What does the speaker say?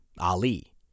Ali